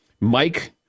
Mike